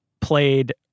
played